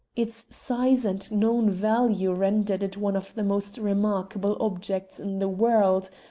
its size and known value rendered it one of the most remarkable objects in the world,